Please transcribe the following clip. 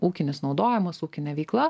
ūkinis naudojimas ūkinė veikla